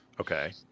Okay